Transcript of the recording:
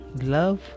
love